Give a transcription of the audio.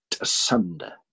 asunder